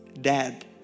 dad